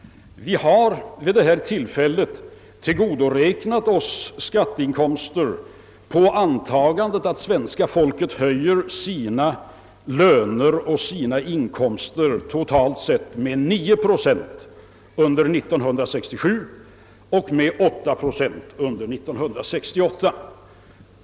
Vi har vid detta tillfälle tillgodoräknat oss skatteinkomster på antagandet att svenska folket höjer sina löner och sina inkomster totalt sett med 9 procent under 1967 och med 8 procent under 1968.